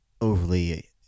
overly